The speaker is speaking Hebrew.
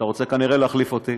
אתה כנראה רוצה להחליף אותי.